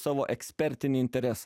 savo ekspertinį interesą